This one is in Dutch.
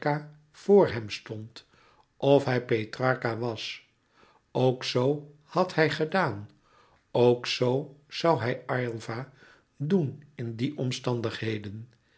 vr hem stond of hij petrarca was ook z had hij gedaan ook zoo zoû hij aylva doen in die omstandigheden